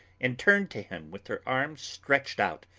and turned to him with her arms stretched out,